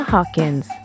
Hawkins